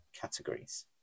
categories